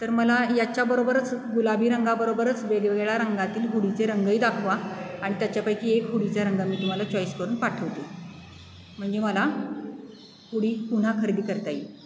तर मला याच्याबरोबरच गुलाबी रंगाबरोबरच वेगवेगळ्या रंगातील हुडीचे रंगही दाखवा आणि त्याच्यापैकी एक हुडीचा रंग मी तुम्हाला चॉईस करून पाठवते म्हणजे मला हुडी पुन्हा खरेदी करता येईल